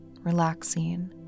relaxing